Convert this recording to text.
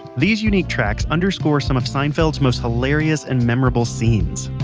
these unique tracks underscored some of seinfeld's most hilarious and memorable scenes.